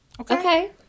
Okay